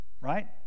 right